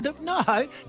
no